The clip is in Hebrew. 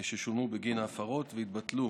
ששולמו בגין ההפרות ויתבטלו,